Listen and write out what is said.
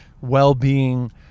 well-being